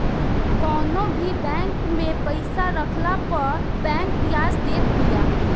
कवनो भी बैंक में पईसा रखला पअ बैंक बियाज देत बिया